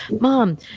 Mom